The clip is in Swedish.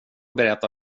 berättar